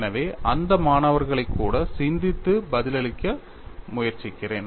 எனவே அந்த மாணவர்களைக் கூட சிந்தித்து பதிலளிக்க முயற்சிக்கிறேன்